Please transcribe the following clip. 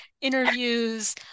interviews